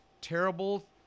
terrible